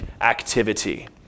activity